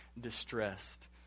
distressed